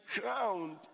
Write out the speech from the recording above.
crowned